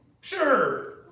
Sure